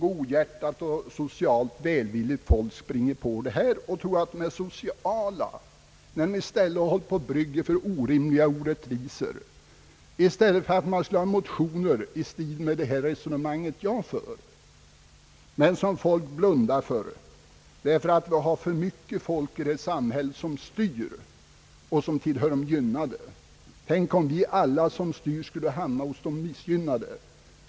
Godhjärtat och socialt välvilligt folk springer på detta och tror att de är sociala när de i stället håller på att bygga för orimliga orättvisor. I stället borde man ha motioner i stil med mitt resonemang, som vi emellertid ofta blundar för därför att vi har för mycket folk i detta samhälle som styr och som tillhör de gynnade. Tänk om vi alla, som styr, skulle hamna hos de missgynnade!